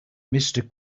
mister